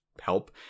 help